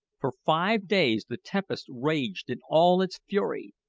for five days the tempest raged in all its fury.